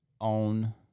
own